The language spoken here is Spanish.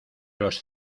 los